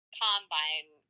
combine